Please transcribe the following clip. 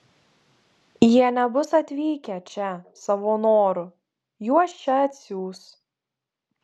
jie nebus atvykę čia savo noru juos čia atsiųs